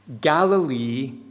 Galilee